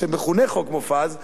שמכונה "חוק מופז",